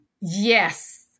Yes